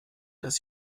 dass